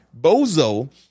Bozo